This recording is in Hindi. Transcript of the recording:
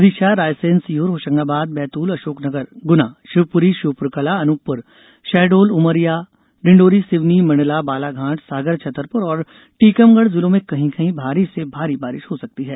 विदिशा रायसेन सीहोर होशंगाबाद बैतूल अशोकनगर गुना शिवपुरी श्योपुरकला अनूपपुर शहडोल उमरिया डिंडोरी सिवनी मंडला बालाघाट सागर छतरपुर और टीकमगढ़ जिलों में कहीं कहीं भारी से भारी बारिश हो सकती है